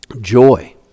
joy